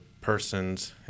persons